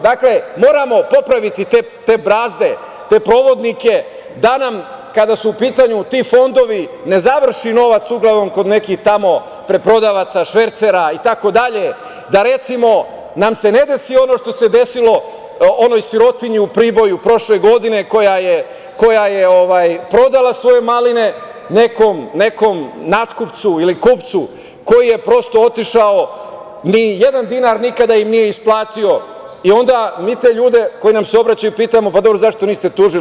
Dakle, moramo popraviti te brazde, te provodnike, da nam kada su u pitanju ti fondovi ne završi novac uglavnom kod tamo nekih preprodavaca, švercera, itd, da nam se ne desi ono što se desilo onoj sirotinji u Proboju prošle godine koja je prodala svoje maline nekom nakupcu ili kupcu koji je prosto otišao, ni jedan dinar nikada im nije isplatio i onda mi te ljude koji nam se obraćaju pitamo – pa, dobro, zašto niste tužili?